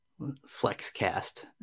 Flexcast